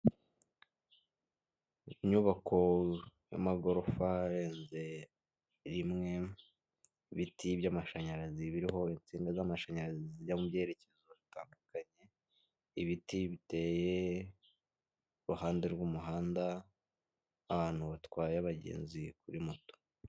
Inyubako y'amagorofa arenze rimwe ibiti by'amashanyarazi biriroho insinga z'amashanyarazi zijya mu byerekezo bitandukanye, ibiti biteye ku ruhande rw'umuhanda, ahantu batwaye abagenzi kuri moto.